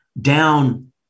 down